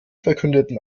verkündeten